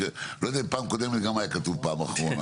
אני לא יודע אם בפעם הקודמת גם היה כתוב פעם אחרונה.